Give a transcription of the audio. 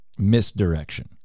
misdirection